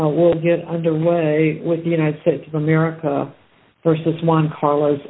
e we'll get underway with the united states of america versus one carlos